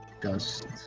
dust